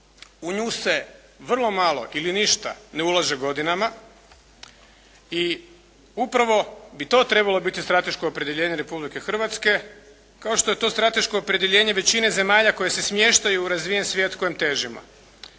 u nju se vrlo malo ili ništa ne ulaže godinama i upravo bi to trebalo biti strateško opredjeljenje Republike Hrvatske kao što je to strateško opredjeljenje većine zemalja koje se smještaju u razvijen svijet kojem težimo.